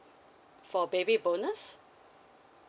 for baby bonus